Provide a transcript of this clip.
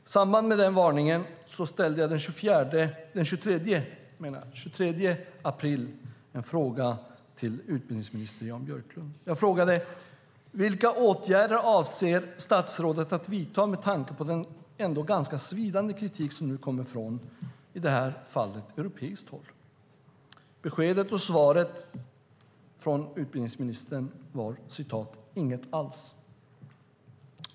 I samband med den varningen ställde jag den 23 april en interpellation till utbildningsminister Jan Björklund och frågade i debatten: Vilka åtgärder avser statsrådet att vidta med tanke på den ändå ganska svidande kritik som nu kommer från i det här fallet europeiskt håll? Beskedet och svaret från utbildningsministern var: "Inget alls."